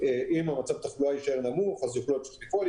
שאם מצב התחלואה יישאר נמוך אז --- אם